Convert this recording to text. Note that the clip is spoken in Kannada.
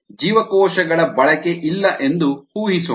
ಜೀವಕೋಶಗಳ ಬಳಕೆ ಇಲ್ಲ ಎಂದು ಊಹಿಸೋಣ